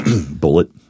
Bullet